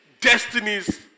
destinies